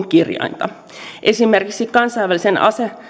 kirjainta esimerkiksi kansainväliseen